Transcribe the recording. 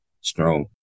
Strong